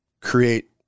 create